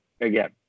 again